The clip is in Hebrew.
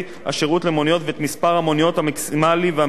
המוניות המקסימלי והמינימלי שיופעלו בכל קו.